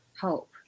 hope